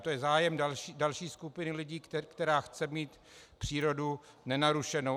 To je zájem další skupiny lidí, která chce mít přírodu nenarušenou.